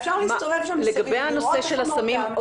לגבי הנושא של הסמים,